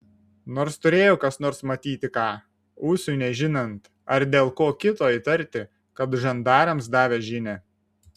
nors turėjo kas nors matyti ką ūsui nežinant ar dėl ko kito įtarti kad žandarams davė žinią